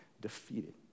defeated